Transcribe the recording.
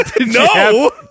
No